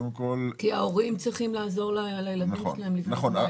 כי ההורים צריכים לעזור לילדים שלהם --- נכון.